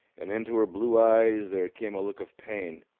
and into her blue eyes there came a look of pain,